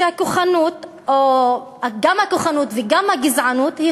שהכוחנות או גם הכוחנות וגם הגזענות הן